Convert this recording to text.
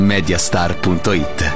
Mediastar.it